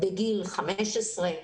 בגיל 15,